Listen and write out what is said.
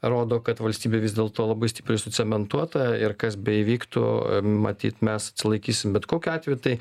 rodo kad valstybė vis dėlto labai stipriai sucementuota ir kas beįvyktų matyt mes atsilaikysim bet kokiu atveju tai